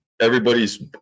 everybody's